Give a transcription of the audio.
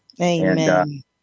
Amen